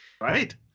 Right